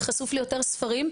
וחשוף ליותר ספרים,